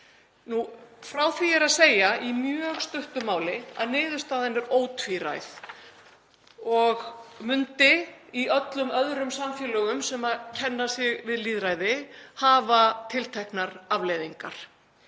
Frá því er að segja í mjög stuttu máli að niðurstaðan er ótvíræð og myndi í öllum öðrum samfélögum sem kenna sig við lýðræði hafa tilteknar afleiðingar.